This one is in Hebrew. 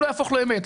הוא לא יהפוך לאמת.